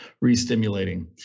re-stimulating